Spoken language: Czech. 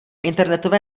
internetové